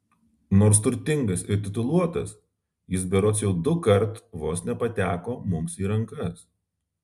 nors turtingas ir tituluotas jis berods jau dukart vos nepateko mums į rankas